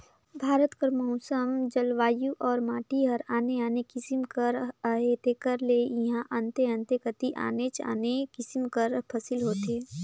भारत कर मउसम, जलवायु अउ माटी हर आने आने किसिम कर अहे तेकर ले इहां अन्ते अन्ते कती आनेच आने किसिम कर फसिल होथे